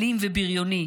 אלים ובריוני,